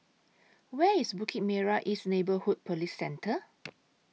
Where IS Bukit Merah East Neighbourhood Police Centre